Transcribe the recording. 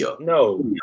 No